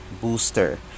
booster